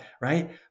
right